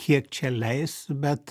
kiek čia leis bet